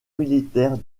militaire